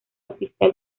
oficial